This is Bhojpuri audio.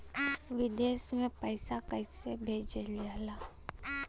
विदेश में पैसा कैसे भेजल जाला?